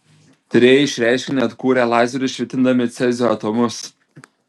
tyrėjai šį reiškinį atkūrė lazeriu švitindami cezio atomus